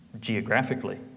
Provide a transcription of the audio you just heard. geographically